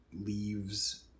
leaves